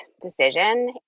decision